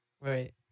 Right